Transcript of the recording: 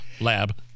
lab